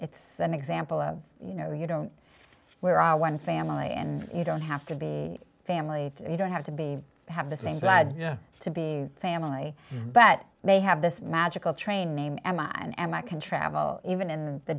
it's an example of you know you don't we're all one family and you don't have to be family you don't have to be have the same glad to be family but they have this magical train named emma and i can travel even in the